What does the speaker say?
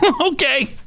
Okay